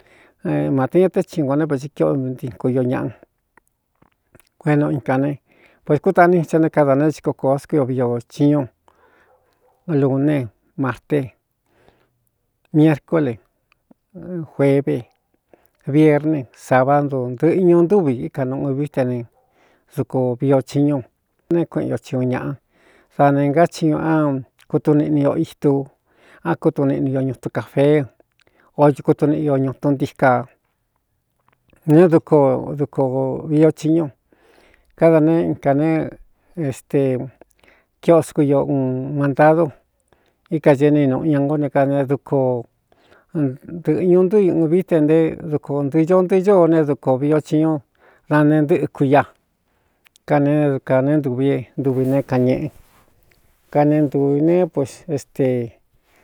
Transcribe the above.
Māte ña té tiñu ngō né pathi kiꞌo ntiku io ñꞌa kueꞌenuu i kā ne pos kútaꞌ níta né káda neé xiko kōo skú io viiochiñú lūne marte miercúle juebe bierne sábándo ntɨ̄ꞌɨ ñuu ntúvi íka nūuꞌu vií te ne duku vio chiñu né kueꞌen ño chi uun ñāꞌa da ne ngáchiñu án kutuniꞌni o itu á kutuniꞌni io ñutu cāfeé o kutuniꞌio ñutun ntika ñé duko duko vio chiñu kádā nee in kā ne este kiskú io un mantadu íkañe ni nuꞌu ña ngo ne ka ne duko ntɨ̄ꞌɨ ñu ntú i ūvií te nté duko ntɨɨ ño ntɨꞌɨ ióo neé dukō viio chiñú dane ntɨ́ꞌɨ kui ia kane né dukāne ntuvi ntuvi neé kanñeꞌe kane ntūvī ne pu estē.